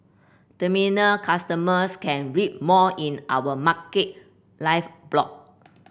terminal customers can read more in our Market Live blog